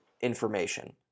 information